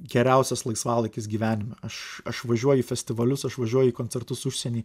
geriausias laisvalaikis gyvenime aš aš važiuoju į festivalius aš važiuoju į koncertus užsieny